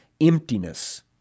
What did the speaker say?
emptiness